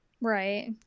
Right